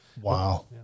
Wow